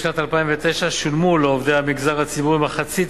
בשנת 2009 שולמו לעובדי המגזר הציבורי מחצית